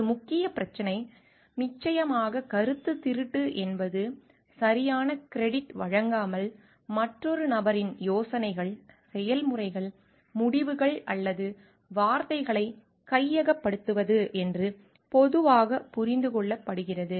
ஒரு முக்கிய பிரச்சினை நிச்சயமாக கருத்துத் திருட்டு என்பது சரியான கிரெடிட் வழங்காமல் மற்றொரு நபரின் யோசனைகள் செயல்முறைகள் முடிவுகள் அல்லது வார்த்தைகளை கையகப்படுத்துவது என்று பொதுவாக புரிந்து கொள்ளப்படுகிறது